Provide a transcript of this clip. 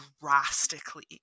drastically